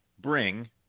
bring